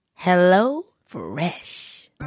HelloFresh